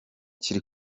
kiri